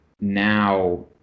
now